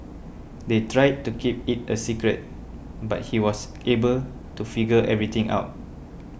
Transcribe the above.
they tried to keep it a secret but he was able to figure everything out